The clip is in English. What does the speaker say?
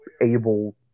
able